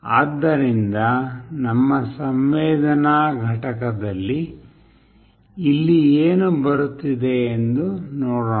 ಆದ್ದರಿಂದ ನಮ್ಮ ಸಂವೇದನಾ ಘಟಕದಲ್ಲಿ ಇಲ್ಲಿ ಏನು ಬರುತ್ತಿದೆ ಎಂದು ನೋಡೋಣ